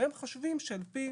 הם חושבים שעל פי